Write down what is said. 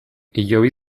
hilobi